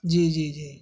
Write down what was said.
جی جی جی